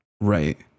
right